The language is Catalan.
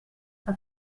que